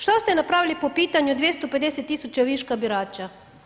Što ste napravili po pitanju 250.000 birača?